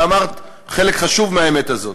ואמרת חלק חשוב מהאמת הזאת.